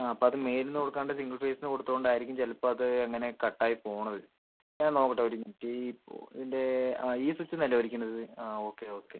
ആ അപ്പം അത് മെയിനില് കൊടുക്കാണ്ട് സിംഗിൾ ഫേസ് എന്ന് കൊടുത്തതുകൊണ്ട് ആയിരിക്കും ചിലപ്പം അത് അങ്ങനെ കട്ട് ആയി പോകുന്നത് ഞാൻ നോക്കട്ടെ ഒര് മിനിറ്റ് ഇപ്പോൾ ഇതിൻ്റെ ഈ സ്വിച്ചിൽ നിന്നല്ലെ വലിക്കുന്നത് ആ ഓക്കെ ഓക്കെ